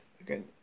again